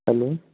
hello